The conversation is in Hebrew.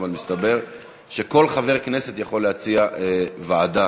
אבל מסתבר שכל חבר כנסת יכול להציע ועדה.